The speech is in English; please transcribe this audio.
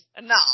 No